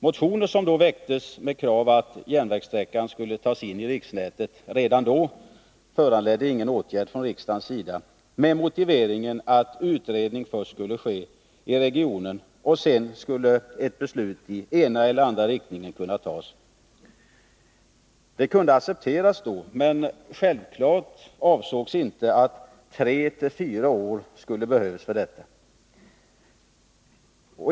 Motioner som väcktes med krav på att denna järnvägssträcka skulle tas in i riksnätet redan då föranledde ingen åtgärd från riksdagens sida, med motiveringen att utredning först skulle ske i regionen och att sedan ett beslut i ena eller andra riktningen skulle fattas. Det kunde accepteras då, men självfallet avsågs inte att det skulle behövas tre fyra år för detta.